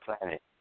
planet